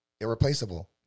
irreplaceable